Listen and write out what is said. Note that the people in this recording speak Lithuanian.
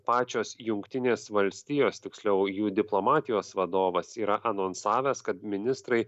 pačios jungtinės valstijos tiksliau jų diplomatijos vadovas yra anonsavęs kad ministrai